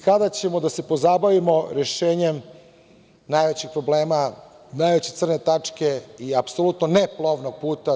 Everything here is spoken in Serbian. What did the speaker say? Kada ćemo da se pozabavimo rešenjem najvećeg problema, najveće crne tačke i apsolutno ne plovnog puta DTD.